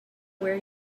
where